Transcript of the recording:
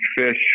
fish